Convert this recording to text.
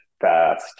fast